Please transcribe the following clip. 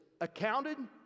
accounted